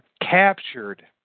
captured